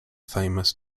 famous